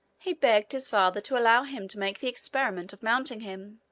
he begged his father to allow him to make the experiment of mounting him.